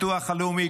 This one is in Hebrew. הביטוח הלאומי,